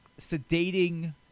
sedating